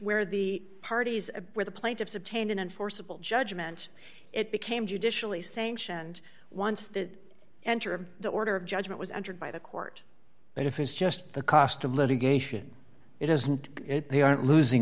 where the parties where the plaintiffs obtain an enforceable judgment it became judicially sanctioned once the enter of the order of judgment was entered by the court and if it's just the cost of litigation it isn't it they aren't losing